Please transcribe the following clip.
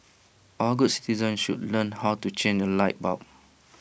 all good citizens should learn how to change A light bulb